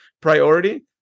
priority